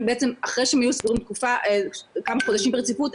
אחרי שהם יהיו סגורים כמה חודשים ברציפות,